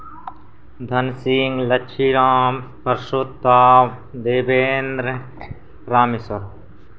Dhan Singh Laxmiram Purushottam Devendra Rameshwar